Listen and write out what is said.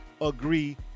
agree